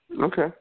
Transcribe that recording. Okay